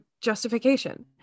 justification